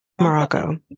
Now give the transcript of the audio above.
Morocco